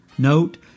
Note